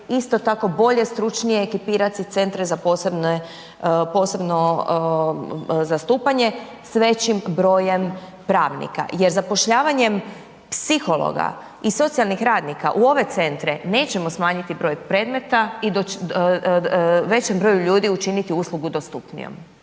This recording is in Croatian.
isto tako bolje i stručnije ekipirati centre za posebno zastupanje s većim brojem pravnika jer zapošljavanjem psihologa i socijalnih radnika u ove centre nećemo smanjiti broj predmeta i većem broju ljudi učiniti uslugu dostupnijom.